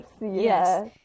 yes